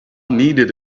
needed